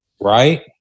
Right